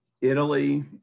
Italy